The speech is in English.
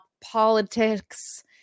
politics